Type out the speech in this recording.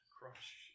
Crush